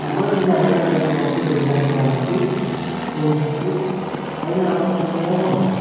നമ്മൾ പിന്നെ അതിനെ നന്നായി നോക്കി വലുതാക്കി വളർത്തി കൊഞ്ചിച്ച് അതിന് നമ്മളോടൊരു സ്നേഹമുണ്ടാവും